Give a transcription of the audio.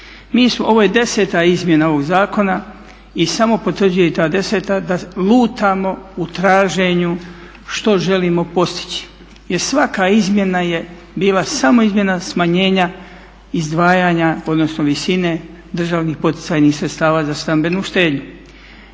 ovo je 10 izmjena ovog zakona i samo potvrđuje i ta 10 da lutamo u traženju što želimo postići jer svaka izmjena je bila samo izmjena smanjenja izdvajanja odnosno visine državnih poticajnih sredstava za stambenu štednju.